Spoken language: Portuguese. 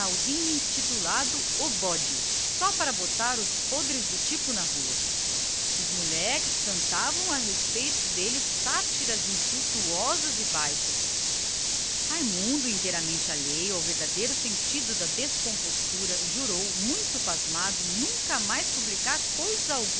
jornalzinho intitulado o bode só para botar os podres do ordinário na rua os moleques cantavam contra o perseguido torpezas tais que este nem sequer as compreendia e alheio ao verdadeiro sentido das descomposturas e das indiretas jurou pasmado nunca mais publicar coisa